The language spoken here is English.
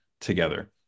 together